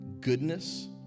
goodness